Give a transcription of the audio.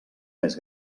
més